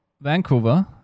Vancouver